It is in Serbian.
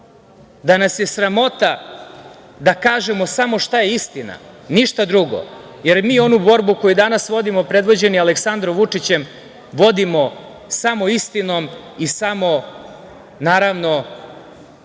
da nas je sramota da kažemo samo šta je istina, ništa drugo. Jer, mi ovu borbu koju danas vodimo, predvođeni Aleksandrom Vučićem, vodimo samo istinom i samo, naravno,